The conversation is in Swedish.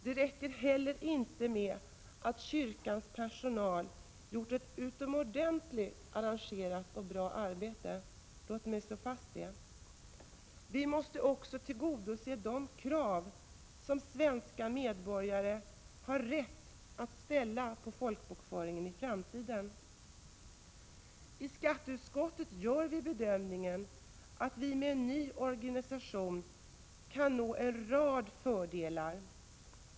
Det räcker inte heller med att kyrkans personal gjort ett utomordentligt engagerat och bra arbete. Låt mig slå fast det. Vi måste också tillgodose de krav som svenska medborgare har rätt att ställa på folkbokföringen i framtiden. I skatteutskottet gör vi bedömningen att vi med en ny organisation kan få en rad fördelar.